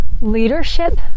leadership